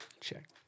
Check